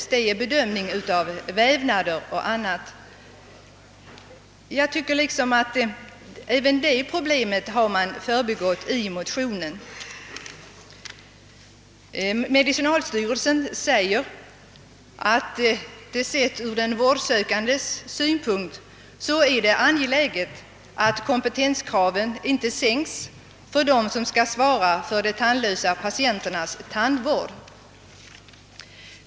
Det är ju fråga om bedömning av t.ex. vävnadernas tillstånd eller övriga sjukliga förändringar i munhålan. Jag tycker att man förbigått även det problemet i motionen. Medicinalstyrelsen framhåller, att det sett ur den vårdsökandes synpunkt är angeläget att kompetenskraven inte sänks för dem som skall svara för de tandlösa patienternas vård.